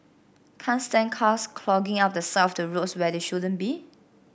can't stand cars clogging up the side of the roads where they shouldn't be